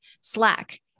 Slack